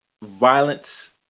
violence